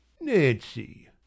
Nancy